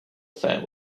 fan